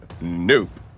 Nope